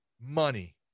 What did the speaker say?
money